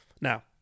Now